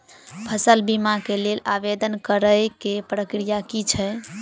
फसल बीमा केँ लेल आवेदन करै केँ प्रक्रिया की छै?